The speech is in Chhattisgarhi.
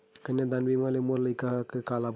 कन्यादान बीमा ले मोर लइका ल का लाभ हवय?